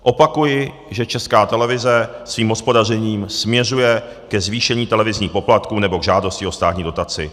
Opakuji, že Česká televize svým hospodařením směřuje ke zvýšení televizních poplatků nebo k žádosti o státní dotaci.